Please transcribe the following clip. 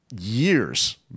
years